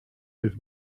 with